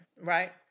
right